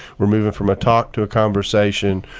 we're moving from a talk to a conversation.